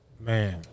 Man